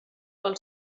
pel